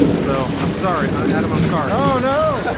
and so i'm sorry. i'm adam. i'm sorry oh no